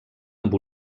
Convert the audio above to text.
amb